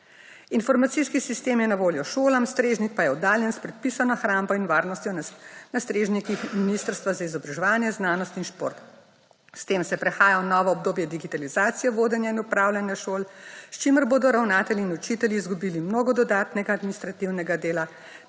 Informacijski sistem je na voljo šolam, strežnik pa je oddaljen s predpisano hrambo in varnostjo na strežnikih Ministrstva za izobraževanje, znanost in šport. S tem se prehaja v novo obdobje digitalizacije vodenja in upravljanja šol, s čimer bodo ravnatelji in učitelji izgubili mnogo dodatnega administrativnega dela,